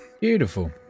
Beautiful